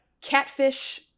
catfish